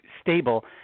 stable